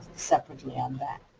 separately on that.